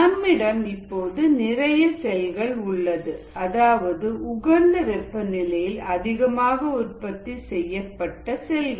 நம்மிடம் இப்போது நிறைய செல்கள் உள்ளது அதாவது உகந்த வெப்பநிலையில் அதிகமாக உற்பத்தி செய்யப்பட்ட செல்கள்